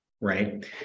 right